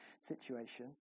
situation